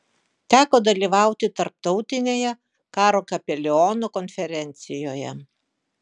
teko dalyvauti tarptautinėje karo kapelionų konferencijoje